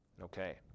Okay